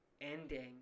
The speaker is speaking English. ending